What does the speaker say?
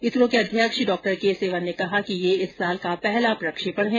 इसरो के अध्यक्ष Dr K Sivan ने कहा कि ये इस साल का पहला प्रक्षेपण है